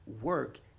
work